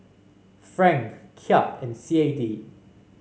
franc Kyat and C A D